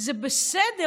זה בסדר,